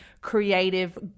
creative